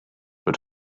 but